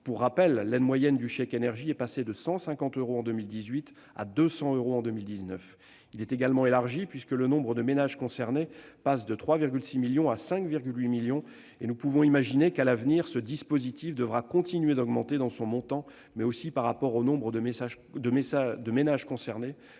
Pour rappel, la valeur moyenne du chèque énergie est passée de 150 euros en 2018 à 200 euros en 2019. Son public a également été élargi, puisque le nombre de ménages concernés est passé de 3,6 millions à 5,8 millions. Nous pouvons imaginer que ce dispositif continuera d'augmenter dans son montant, mais aussi par le nombre de ménages concernés